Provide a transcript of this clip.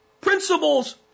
principles